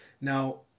Now